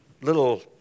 little